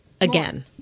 again